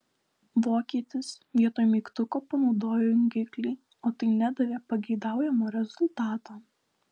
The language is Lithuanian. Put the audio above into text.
vokietis vietoj mygtuko panaudojo jungiklį o tai nedavė pageidaujamo rezultato